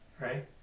right